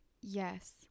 Yes